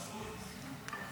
אושר,